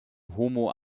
homo